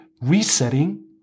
resetting